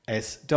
SW